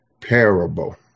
parable